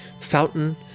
fountain